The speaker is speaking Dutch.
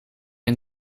een